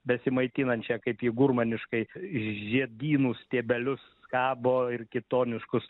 besimaitinančią kaip ji gurmaniškai žiedynų stiebelius skabo ir kitoniškus